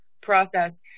process